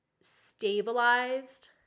stabilized